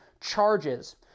charges